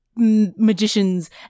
magicians